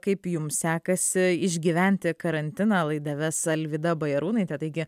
kaip jum sekasi išgyventi karantiną laidą ves alvyda bajarūnaitė taigi